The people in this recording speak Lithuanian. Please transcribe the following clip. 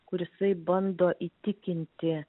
kur jisai bando įtikinti